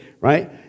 Right